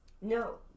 No